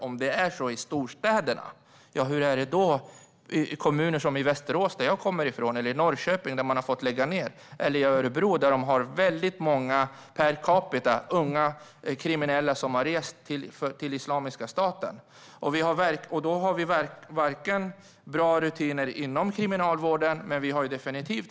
Om det är så i storstäderna, hur är det då i kommuner som Västerås, där jag kommer ifrån, Norrköping där man har fått lägga ned, eller Örebro där man per capita har väldigt många unga kriminella som har rest till Islamiska staten? Vi har inte bra rutiner inom Kriminalvården.